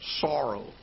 sorrow